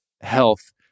health